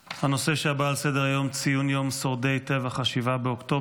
הנושא הבא על סדר-היום: ציון יום שורדי טבח 7 באוקטובר.